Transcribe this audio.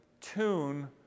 tune